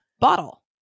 bottle